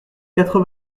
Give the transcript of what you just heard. quatre